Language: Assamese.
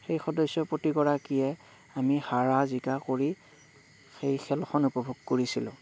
সেই সদস্য প্ৰতিগৰাকীয়ে আমি হৰা জিকা কৰি সেই খেলখন উপভোগ কৰিছিলোঁ